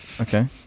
Okay